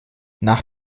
nach